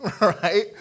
right